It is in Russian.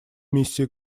миссии